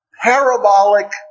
parabolic